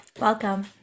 Welcome